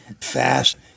fast